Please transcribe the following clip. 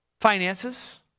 finances